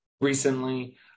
recently